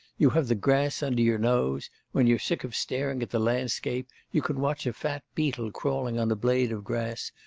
you have the grass under your nose when you're sick of staring at the landscape you can watch a fat beetle crawling on a blade of grass,